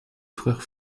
frères